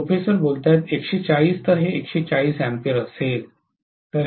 professor 140 तर हे 140 A असेल